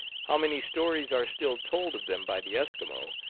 how many stories are still told of them by the eskimo,